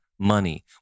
money